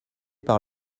par